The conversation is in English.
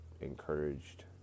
encouraged